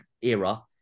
era